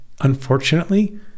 unfortunately